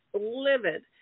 Livid